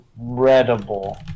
incredible